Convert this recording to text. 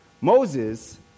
Moses